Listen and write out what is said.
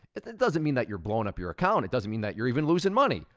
it doesn't mean that your blown up your account, it doesn't mean that you're even losing money,